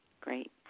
great